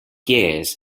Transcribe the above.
gears